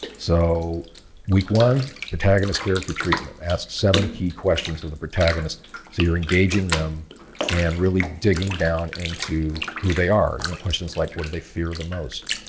so week one protagonist character treatment, ask seven key questions of the protagonist so you are engaging them and really digging down into who they are. you know questions like what do they fear most,